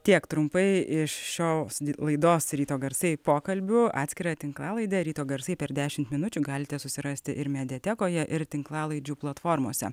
tiek trumpai iš šios laidos ryto garsai pokalbių atskirą tinklalaidę ryto garsai per dešimt minučių galite susirasti ir mediatekoje ir tinklalaidžių platformose